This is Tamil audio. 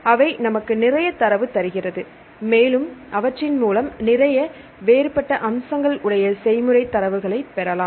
அவை நமக்கு நிறைய தரவு தருகிறது மேலும் அவற்றின் மூலம் நிறைய வேறுபட்ட அம்சங்கள் உடைய செய்முறை தரவுகளை பெறலாம்